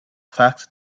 fact